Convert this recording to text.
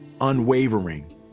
unwavering